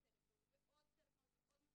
עוד טלפון ועוד טלפון,